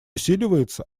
усиливается